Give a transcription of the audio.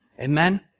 Amen